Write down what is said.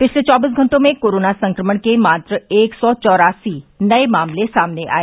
पिछले चौबीस घंटों में कोरोना संक्रमण के मात्र एक सौ चौरासी नये मामले सामने आये